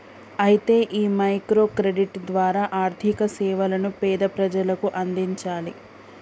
అయితే ఈ micro credit ద్వారా ఆర్థిక సేవలను పేద ప్రజలకు అందించాలి